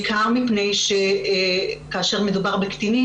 משרד הקליטה,